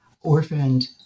orphaned